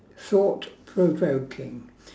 thought provoking